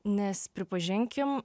nes pripažinkim